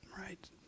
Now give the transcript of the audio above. right